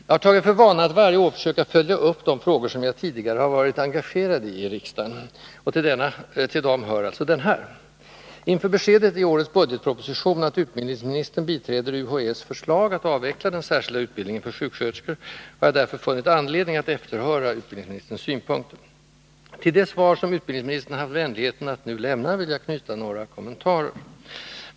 Jag har tagit för vana att varje år försöka följa upp frågor, som jag tidigare varit engagerad i i riksdagen, och denna hör alltså dit. Inför beskedet i årets budgetproposition att utbildningsministern biträder UHÄ:s förslag att avveckla den särskilda utbildningen för sjuksköterskor har jag därför funnit anledning att efterhöra utbildningsministerns synpunkter. Till det svar utbildningsministern haft vänligheten att nu lämna vill jag knyta några kommentarer.